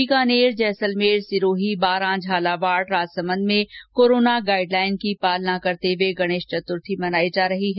बीकानेर जैसलमेर सिरोही बांरा झालावाड राजसमंद में corona guideline की पालना करते हुए गणेश चतुर्थी मनाई जा रही है